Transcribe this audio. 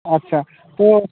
আচ্ছা তো